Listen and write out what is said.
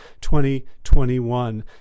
2021